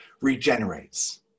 regenerates